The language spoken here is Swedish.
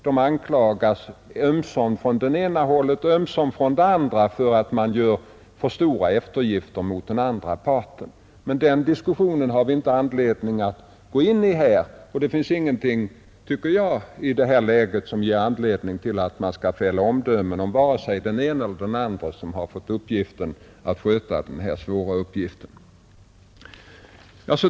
De anklagas ömsom från det ena hållet och ömsom från det andra för att göra för stora eftergifter gentemot den andra parten, Den diskussionen har vi emellertid inte anledning att gå in i här. Och det finns ingenting i detta läge, tycker jag, som ger anledning att fälla omdömen om vare sig den ena eller andra som fått sig anförtrodd denna svåra uppgift.